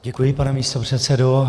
Děkuji, pane místopředsedo.